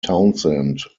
townsend